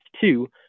two